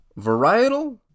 varietal